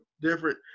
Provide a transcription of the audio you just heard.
different